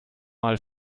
mal